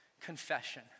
confession